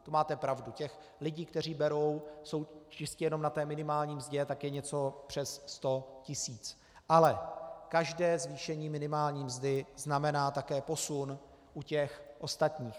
To máte pravdu, těch lidí, kteří jsou čistě jenom na minimální mzdě, je něco přes 100 tisíc, ale každé zvýšení minimální mzdy znamená také posun u těch ostatních.